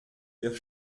wird